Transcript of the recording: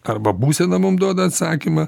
arba būsena mum duoda atsakymą